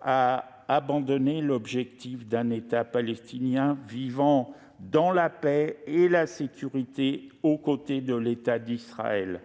à abandonner l'objectif d'un État palestinien vivant dans la paix et la sécurité au côté de l'État d'Israël